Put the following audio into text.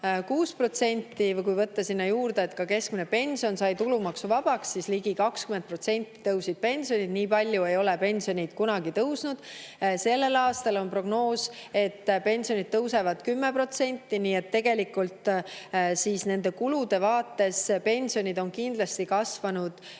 17,6%. Kui võtta sinna juurde, et keskmine pension sai tulumaksuvabaks, siis pensionid tõusid ligi 20%. Nii palju ei ole pensionid kunagi tõusnud. Sellel aastal on prognoos, et pensionid tõusevad 10%, nii et tegelikult kulude vaates on pensionid kindlasti kasvanud